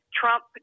trump